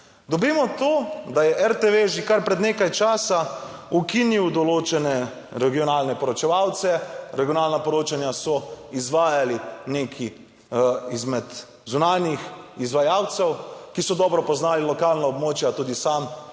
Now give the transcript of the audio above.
dobimo to, da je RTV že kar pred nekaj časa ukinil določene regionalne poročevalce. Regionalna poročanja so izvajali neki izmed zunanjih izvajalcev, ki so dobro poznali lokalna območja. Tudi sam,